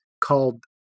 called